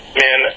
man